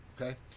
Okay